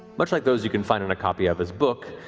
much like those you can find in a copy of his book,